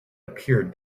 appeared